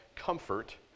comfort